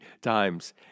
times